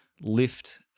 lift –